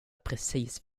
precis